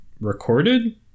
recorded